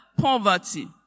poverty